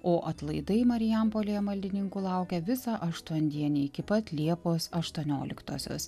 o atlaidai marijampolėje maldininkų laukia visą aštuondienį iki pat liepos aštuonioliktosios